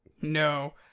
No